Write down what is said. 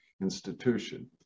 institution